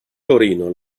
torino